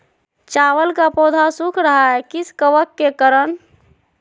चावल का पौधा सुख रहा है किस कबक के करण?